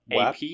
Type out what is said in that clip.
AP